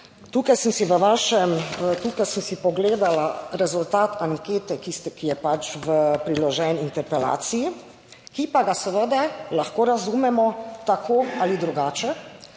tukaj sem si pogledala rezultat ankete, ki je pač priložen interpelaciji, ki pa ga seveda lahko razumemo tako ali drugače